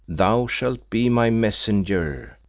thou shalt be my messenger,